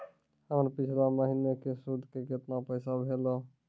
हमर पिछला महीने के सुध के केतना पैसा भेलौ?